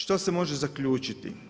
Što se može zaključiti?